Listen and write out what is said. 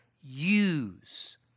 use